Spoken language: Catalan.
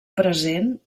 present